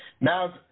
Now